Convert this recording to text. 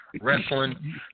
wrestling